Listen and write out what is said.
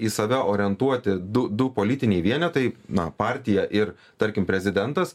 į save orientuoti du du politiniai vienetai na partija ir tarkim prezidentas